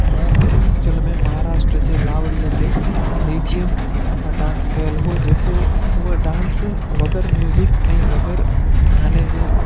मूं एक्चुअल में महाराष्ट्रा जी लावड़ीअ ते लेजिअम सां डांस कयलु हो जेको उहो डांस बग़ैर म्यूजिक ऐं बग़ैर गाने जे